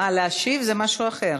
אה, להשיב, זה משהו אחר.